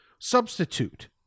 substitute